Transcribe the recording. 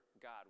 God